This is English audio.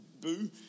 boo